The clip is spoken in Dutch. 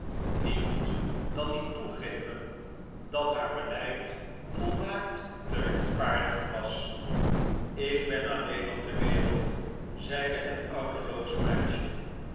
wie moet dan niet toegeven dat haar beleid volmaakt te rechtvaardigen was ik ben alleen op de wereld zeide het ouderlooze meisje